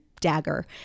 dagger